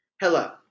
Hello